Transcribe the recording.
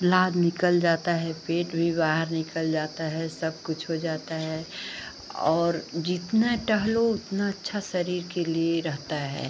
नाद निकल जाता है पेट भी बाहर निकल जाता है सब कुछ हो जाता है और जितना टहलो उतना अच्छा शरीर के लिए रहता है